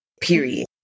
period